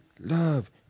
Love